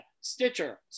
Stitcher